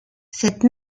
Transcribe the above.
cette